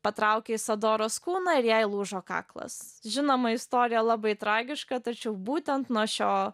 patraukė isadoros kūną ir jai lūžo kaklas žinoma istorija labai tragiška tačiau būtent nuo šio